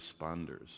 responders